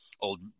old